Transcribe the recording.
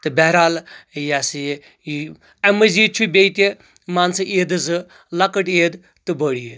تہٕ بہرحال یہ سا یہ یہ امہِ مزید چھِ بییٚہِ تہِ مان ژٕ عیدٕ زٕ لۄکٕٹ عید تہٕ بٔڑ عید